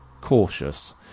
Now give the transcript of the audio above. cautious